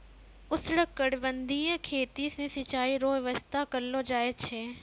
उष्णकटिबंधीय खेती मे सिचाई रो व्यवस्था करलो जाय छै